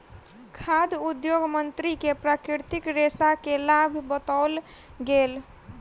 खाद्य उद्योग मंत्री के प्राकृतिक रेशा के लाभ बतौल गेल